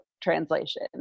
translation